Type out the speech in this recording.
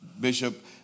Bishop